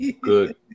Good